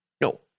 no